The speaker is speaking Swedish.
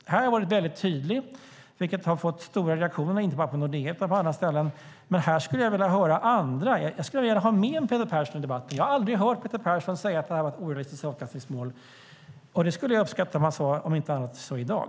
Här har jag varit mycket tydlig, vilket har gett stora reaktioner, inte bara från Nordea utan från andra ställen. Men här skulle jag vilja höra andra. Jag skulle gärna vilja ha med Peter Persson i debatten. Jag har aldrig hört Peter Persson säga att det är orättvist avkastningsmål. Jag skulle uppskatta om han sade det, om inte annat så i dag.